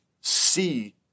see